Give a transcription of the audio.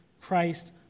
Christ